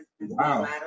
Wow